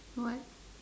what